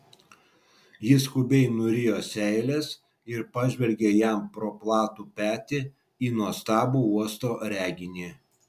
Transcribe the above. ji skubiai nurijo seiles ir pažvelgė jam pro platų petį į nuostabų uosto reginį